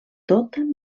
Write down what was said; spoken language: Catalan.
tota